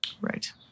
Right